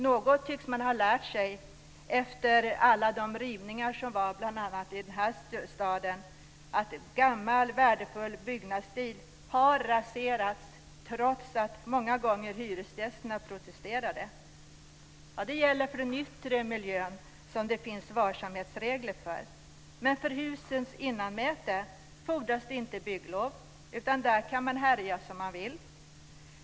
Något tycks man ha lärt sig efter alla de rivningar som skedde bl.a. i den här staden, att gammal värdefull byggnadsstil har raserats trots att hyresgästerna många gånger protesterade. Det gäller för den yttre miljön som det finns varsamhetsregler för. Men för husens innanmäte fordras det inte bygglov, utan där kan man härja som man vill.